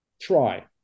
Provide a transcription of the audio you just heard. Try